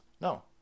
No